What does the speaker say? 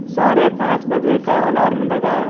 ساڑھے پانچ بجے کا الارم لگاؤ